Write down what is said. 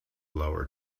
lower